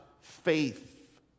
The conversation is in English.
faith